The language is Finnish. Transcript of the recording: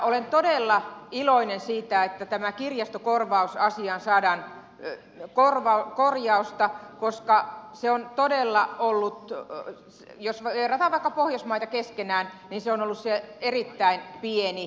olen todella iloinen siitä että tähän kirjastokorvausasiaan saadaan korjausta koska se on todella ollut jos verrataan vaikka pohjoismaita keskenään erittäin pieni